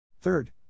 Third